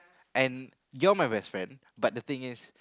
and you're my best friend but the thing is